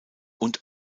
und